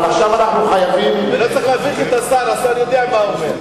לא צריך להביך את השר, השר יודע מה הוא אומר.